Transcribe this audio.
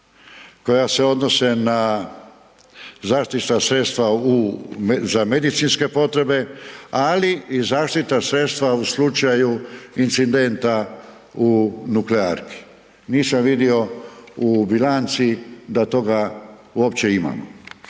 koja se odnose na zaštitna sredstva za medicinske potrebe, ali i zaštitna sredstva u slučaju incidenta u nuklearki. Nisam vidio u bilanci da toga uopće imamo.